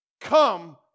Come